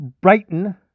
Brighton